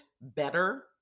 better